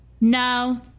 No